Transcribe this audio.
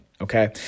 okay